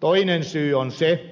toinen syy on se